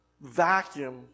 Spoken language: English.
Vacuum